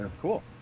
Cool